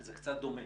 זה קצת דומה,